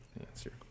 answer